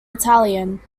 italian